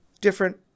different